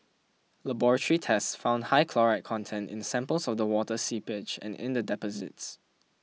laboratory tests found high chloride content in samples of the water seepage and in the deposits